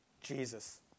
Jesus